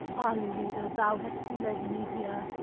ah leader, thou hast led me here